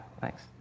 Thanks